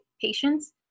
patients